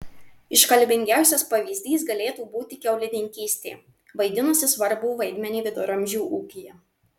iškalbingiausias pavyzdys galėtų būti kiaulininkystė vaidinusi svarbų vaidmenį viduramžių ūkyje